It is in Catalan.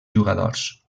jugadors